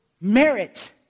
Merit